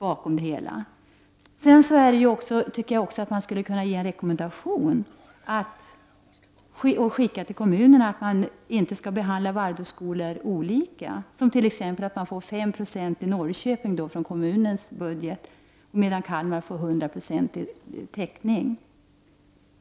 Man behöver alltså inte vara orolig för det. Man skulle kunna ge en rekommendation till kommunerna att inte behandla Waldorfskolor olika, så att skolan t.ex. i Norrköping får 5 96 från kommunens budget medan den i Kalmar får 100 96 täckning.